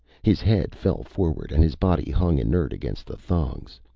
his head fell forward, and his body hung inert against the thongs.